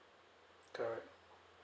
correct